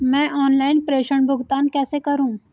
मैं ऑनलाइन प्रेषण भुगतान कैसे करूँ?